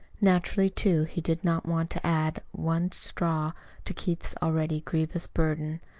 naturally too, he did not want to add one straw to keith's already grievous burden.